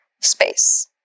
space